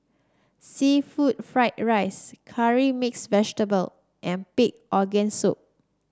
seafood Fried Rice Curry Mixed Vegetable and Pig Organ Soup